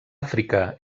àfrica